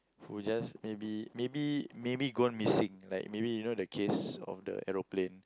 who just maybe maybe maybe gone missing like maybe you know the case of the aeroplane